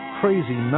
crazy